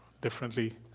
differently